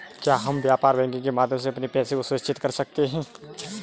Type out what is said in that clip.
क्या हम व्यापार बैंकिंग के माध्यम से अपने पैसे को सुरक्षित कर सकते हैं?